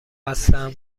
هستم